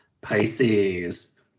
Pisces